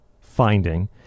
Finding